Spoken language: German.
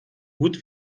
gut